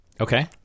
Okay